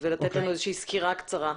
ולתת לנו איזושהי סקירה קצרה.